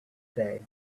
day